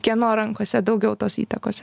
kieno rankose daugiau tos įtakos